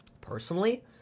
Personally